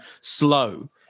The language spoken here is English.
slow